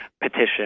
petition